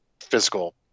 physical